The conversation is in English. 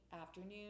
afternoon